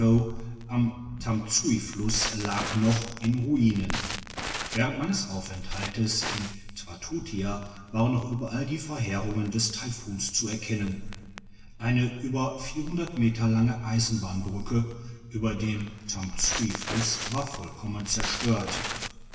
am tamsui flusse lag noch in ruinen während meines aufenthaltes in twatutia waren noch überall die verheerungen des taifuns zu erkennen eine über meter lange eisenbahnbrücke über den tamsuifluss war vollkommen zerstört